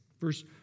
Verse